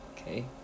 okay